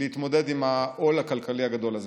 להתמודד עם העול הכלכלי הגדול הזה.